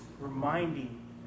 reminding